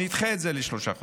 נדחה את זה בשלושה חודשים.